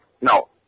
no